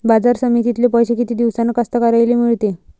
बाजार समितीतले पैशे किती दिवसानं कास्तकाराइले मिळते?